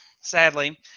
sadly